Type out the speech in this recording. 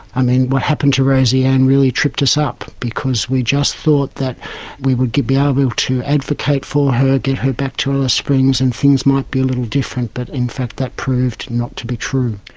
i mean, what happened to rosie anne really tripped us up because we just thought that we would be ah able to advocate for her, get her back to alice springs and things might be a little different, but in fact that proved not to be true.